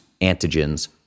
antigens